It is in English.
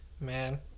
man